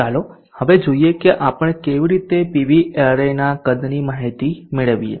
ચાલો હવે જોઈએ કે આપણે કેવી રીતે પીવી એરેના કદની માહિતી મેળવીએ